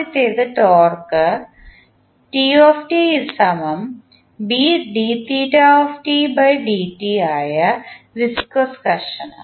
ആദ്യത്തേത് ടോർക്ക് ആയ വിസ്കോസ് ഘർഷണം